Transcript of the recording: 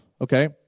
okay